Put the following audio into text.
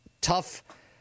tough